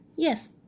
Yes